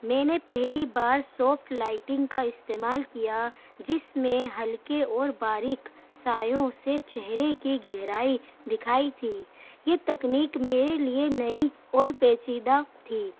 میں نے پہلی بار سافٹ لائٹنگ کا استعمال کیا جس میں ہلکے اور باریک سایوں سے چہرے کی گہرائی دکھائی تھی یہ تکنیک میرے لیے نئی اور پیچیدہ تھی